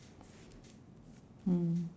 mm